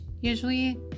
usually